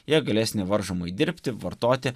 jie galės nevaržomai dirbti vartoti